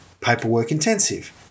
paperwork-intensive